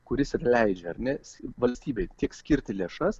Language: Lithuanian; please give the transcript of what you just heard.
kuris ir leidžia nes valstybei teks skirti lėšas